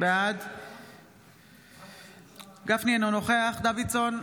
בעד משה גפני, אינו נוכח סימון דוידסון,